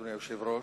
אדוני היושב-ראש,